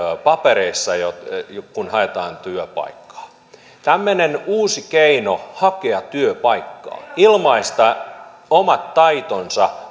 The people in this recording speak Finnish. papereissa kun haetaan työpaikkaa tämmöinen uusi keino hakea työpaikkaa ilmaista vapaaehtoisesti omat taitonsa